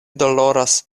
doloras